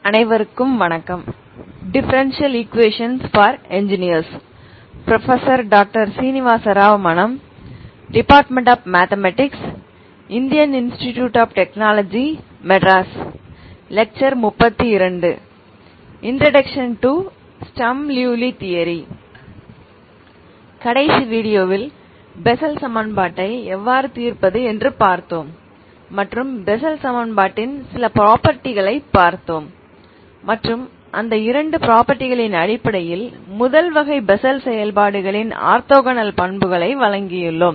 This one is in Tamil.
introduction to Sturm Liouville theory எனவே கடைசி வீடியோவில் பெசல் சமன்பாட்டை எவ்வாறு தீர்ப்பது என்று பார்த்தோம் மற்றும் பெசல் சமன்பாட்டின் சில ப்ரொபர்ட்டிகளைப் பார்த்தோம் மற்றும் அந்த இரண்டு ப்ரொபர்ட்டிகளின் அடிப்படையில் முதல் வகை பெசல் செயல்பாடுகளின் ஆர்த்தோகனல் பண்புகளை வழங்கியுள்ளோம்